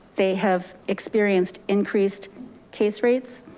they have experienced increased case rates,